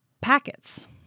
packets